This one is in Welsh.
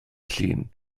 llun